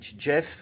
Jeff